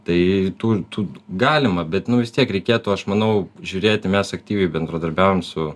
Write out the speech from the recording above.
tai tų tų galima bet vis tiek reikėtų aš manau žiūrėti mes aktyviai bendradarbiaujam su